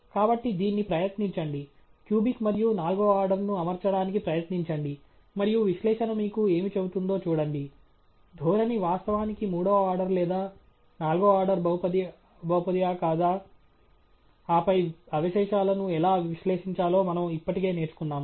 కాబట్టి దీన్ని ప్రయత్నించండి క్యూబిక్ మరియు నాల్గవ ఆర్డర్ను అమర్చడానికి ప్రయత్నించండి మరియు విశ్లేషణ మీకు ఏమి చెబుతుందో చూడండి ధోరణి వాస్తవానికి మూడవ ఆర్డర్ లేదా నాల్గవ ఆర్డర్ బహుపది ఆ కాదా ఆపై అవశేషాలను ఎలా విశ్లేషించాలో మనము ఇప్పటికే నేర్చుకున్నాము